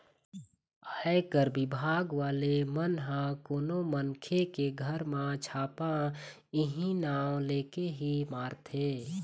आयकर बिभाग वाले मन ह कोनो मनखे के घर म छापा इहीं नांव लेके ही मारथे